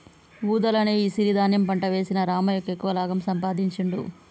వూదలు అనే ఈ సిరి ధాన్యం పంట వేసిన రామయ్యకు ఎక్కువ లాభం సంపాదించుడు